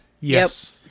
Yes